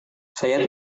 saya